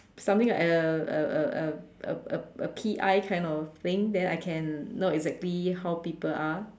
something like a a a a a a a P_I kind of thing then I can know exactly how people are